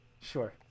Sure